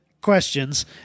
questions